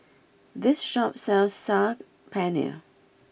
this shop sells Saag Paneer